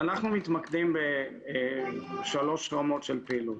אנחנו מתמקדים בשלוש רמות של פעילות,